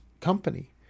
company